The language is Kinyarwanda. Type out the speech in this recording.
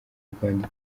rwanda